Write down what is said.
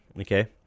Okay